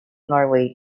norway